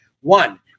One